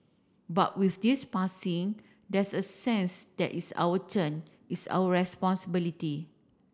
but with this passing there's a sense that it's our turn it's our responsibility